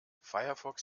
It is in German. firefox